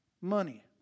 Money